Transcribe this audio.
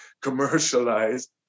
commercialized